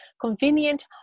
convenient